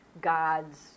gods